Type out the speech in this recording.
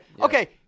okay